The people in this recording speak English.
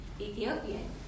Ethiopian